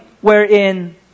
Wherein